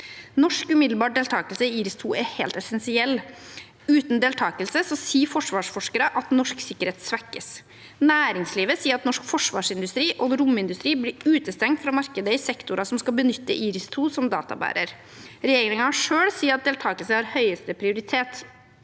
Norsk umiddelbar deltakelse i IRIS[2] er helt essensiell. Uten deltakelse sier forsvarsforskere at norsk sikkerhet svekkes. Næringslivet sier at norsk forsvarsindustri og romindustri blir utestengt fra markedet i sektorer som skal benytte IRIS[2]som databærer. Regjeringen selv sier at deltakelse har høyeste prioritet,